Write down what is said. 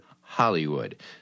HOLLYWOOD